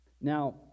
Now